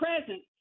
present